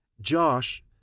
Josh